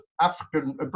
African